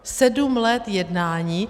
Sedm let jednání.